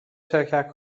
شرکت